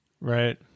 Right